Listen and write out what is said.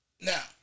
Now